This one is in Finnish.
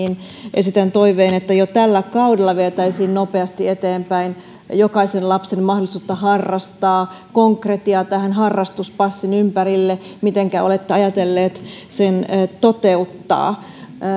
esitän toiveen että jo tällä kaudella vietäisiin nopeasti eteenpäin jokaisen lapsen mahdollisuutta harrastaa konkretiaa tähän harrastuspassin ympärille mitenkä olette ajatelleet sen toteuttaa